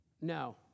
No